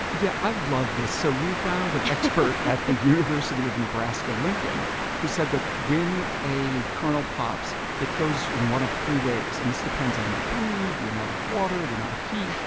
yeah i love this. so we found an expert at the university of nebraska-lincoln who said that when a kernel pops, it goes in one of three ways. and this depends on the breed, the amount of water, and the amount of heat.